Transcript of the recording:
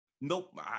Nope